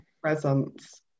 presence